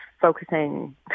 focusing